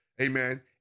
amen